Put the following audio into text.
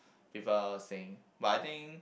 people saying but I think